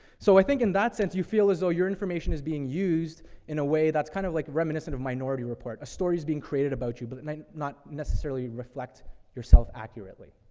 so i think in that sense, you feel as though your information is being used in a way that's kind of like reminiscent of minority report, a story's being created about you but it might not necessarily reflect yourself accurately.